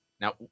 now